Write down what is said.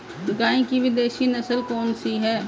गाय की विदेशी नस्ल कौन सी है?